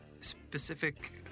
specific